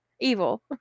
Evil